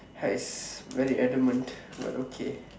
!hais! very adamant but okay